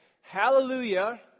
Hallelujah